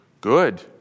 good